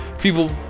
people